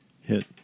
hit